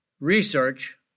research